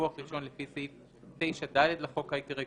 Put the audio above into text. ודיווח ראשון לפי סעיף 9ד לחוק העיקרי,